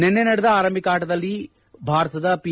ನಿನ್ನೆ ನಡೆದ ಆರಂಭಿಕ ಆಟದಲ್ಲಿ ಭಾರತದ ಪಿ